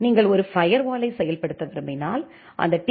நீங்கள் ஒரு ஃபயர்வாலை செயல்படுத்த விரும்பினால் அந்த டீ